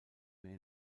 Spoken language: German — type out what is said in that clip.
mehr